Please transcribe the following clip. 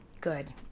Good